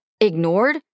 ignored